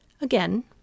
Again